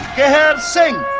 kehar singh.